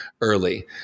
early